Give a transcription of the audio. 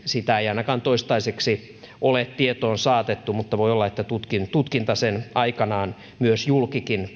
sitä ei ainakaan toistaiseksi ole tietoon saatettu mutta voi olla että tutkinta tutkinta sen aikanaan myös julki